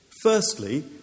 Firstly